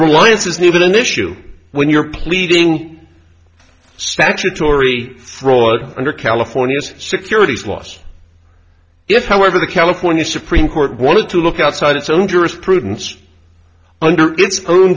reliance isn't even an issue when you're pleading statutory fraud under california securities laws if however the california supreme court wanted to look outside its own jurisprudence under its own